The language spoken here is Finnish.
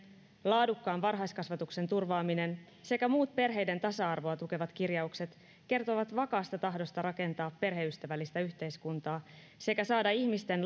laadukkaan varhaiskasvatuksen turvaaminen sekä muut perheiden tasa arvoa tukevat kirjaukset kertovat vakaasta tahdosta rakentaa perheystävällistä yhteiskuntaa sekä saada ihmisten